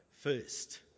first